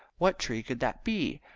what tree could that be?